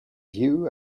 view